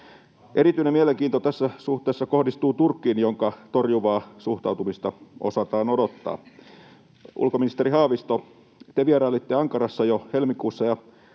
Erityinen mielenkiinto tässä suhteessa kohdistuu Turkkiin, jonka torjuvaa suhtautumista osataan odottaa. Ulkoministeri Haavisto, te vierailitte Ankarassa jo helmikuussa